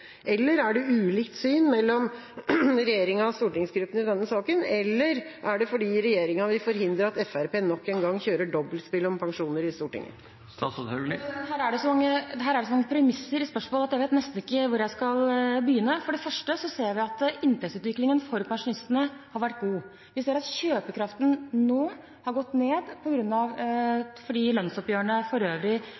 eller har regjeringa og stortingsgruppen ulikt syn i denne saken, eller er det fordi regjeringa vil forhindre at Fremskrittspartiet nok en gang kjører dobbeltspill om pensjoner i Stortinget? Her er det så mange premisser i spørsmålet at jeg vet nesten ikke hvor jeg skal begynne. For det første ser vi at inntektsutviklingen for pensjonistene har vært god. Vi ser at kjøpekraften nå har gått ned